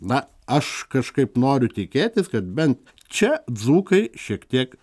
na aš kažkaip noriu tikėtis kad bent čia dzūkai šiek tiek